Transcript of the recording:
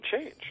change